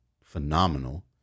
phenomenal